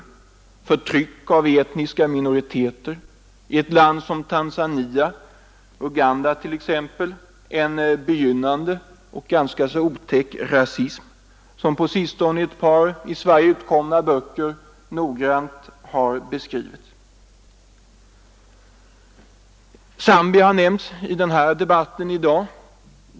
Det förekommer förtryck av etniska minoriteter i länder som Tanzania och Uganda. Den begynnande rasismen där har beskrivits i ett par på sistone i Sverige utkomna böcker. Zambia har nämnts i debatten i dag.